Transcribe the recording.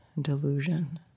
delusion